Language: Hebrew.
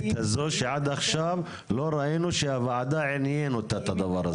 הזאת שעד עכשיו לא ראינו שהוועדה עניין אותה את הדבר הזה.